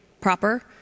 proper